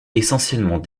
essentiellement